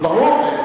ברור,